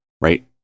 right